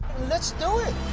let's do it.